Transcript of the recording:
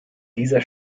dieser